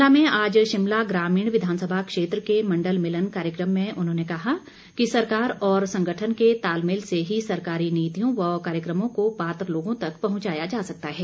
शिमला में आज शिमला ग्रामीण विधानसभा क्षेत्र के मण्डल मिलन कार्यक्रम में उन्होंने कहा कि सरकार और संगठन के तालमेल से ही सरकारी नीतियों व कार्यक्रमों को पात्र लोगों तक पहुंचाया जा सकता है